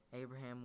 Abraham